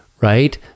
right